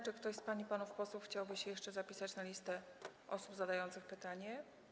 Czy ktoś z pań i panów posłów chciałby się jeszcze zapisać na listę osób zadających pytanie?